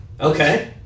Okay